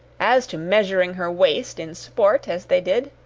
as to measuring her waist in sport, as they did,